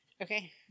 Okay